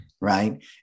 right